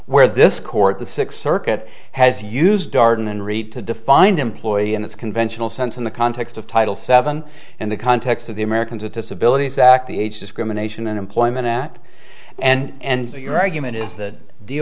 where this court the sixth circuit has used darden and reed to define employee in the conventional sense in the context of title seven and the context of the americans with disabilities act the age discrimination in employment act and so your argument is that